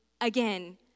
again